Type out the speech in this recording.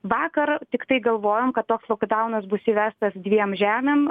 vakar tiktai galvojom kad toks lokdaunas bus įvestas dviem žemėm